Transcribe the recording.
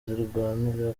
zirwanira